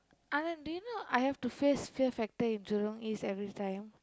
I am do you know I have to face fear factor in Jurong-East every time